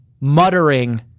muttering